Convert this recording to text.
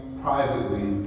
privately